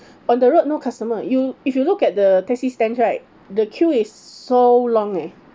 on the road no customer you if you look at the taxi stands right the queue is so long eh